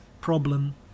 problem